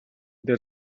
дээр